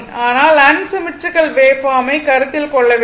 ஆனால் unsymmetrical waveform r ஐக் கருத்தில் கொள்ள வேண்டும்